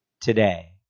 today